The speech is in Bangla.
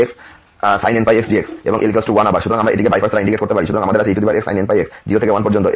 সুতরাং আমরা এটিকে বাই পার্টস দ্বারা ইন্টিগ্রেট করতে পারি সুতরাং আমাদের আছে exsin nπx 0 থেকে 1 পর্যন্ত